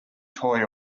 toy